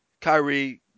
Kyrie